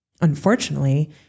unfortunately